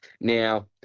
Now